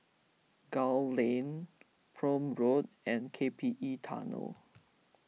Gul Lane Prome Road and K P E Tunnel